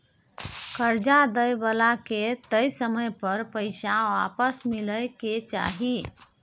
कर्जा दइ बला के तय समय पर पैसा आपस मिलइ के चाही